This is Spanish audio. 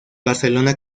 barcelona